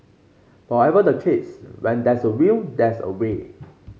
but whatever the case when there's a will there's a way